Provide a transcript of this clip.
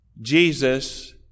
Jesus